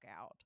out